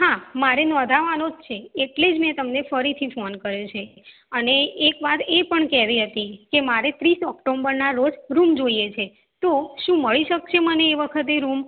હા મારે નોંધાવવાનો જ છે એટલે જ મેં તમને ફરીથી ફોન કર્યો છે અને એક વાત એ પણ કહેવી હતી કે મારે ત્રીસ ઓક્ટોબરનાં રોજ રૂમ જોઈએ છે તો શું મળી શકશે મને એ વખતે રૂમ